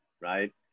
Right